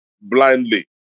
blindly